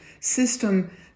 system